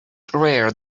rare